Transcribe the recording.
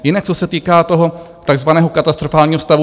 Jinak, co se týká toho tzv. katastrofálního stavu.